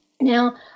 Now